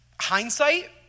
hindsight